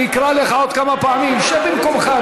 אני אקרא לך עוד כמה פעמים, שב במקומך.